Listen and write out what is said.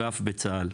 ואף בצה"ל.